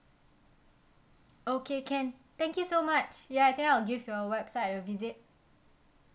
okay can thank you so much ya I think I'll give your website a visit